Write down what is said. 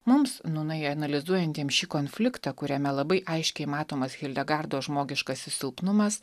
mums nūnai analizuojantiem šį konfliktą kuriame labai aiškiai matomas hildegardos žmogiškasis silpnumas